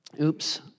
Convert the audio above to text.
oops